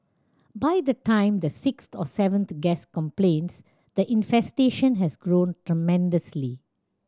by the time the sixth or seventh guest complains the infestation has grown tremendously